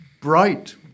bright